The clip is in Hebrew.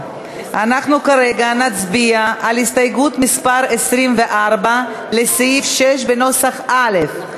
אנחנו כרגע נצביע על הסתייגות מס' 24 לסעיף 6 בנוסח א'.